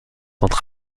entre